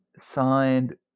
signed